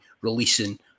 releasing